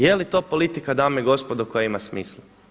Je li to politika, dame i gospodo, koja ima smisla?